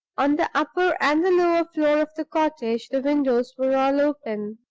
on the upper and the lower floor of the cottage the windows were all open.